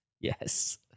Yes